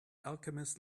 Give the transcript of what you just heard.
alchemist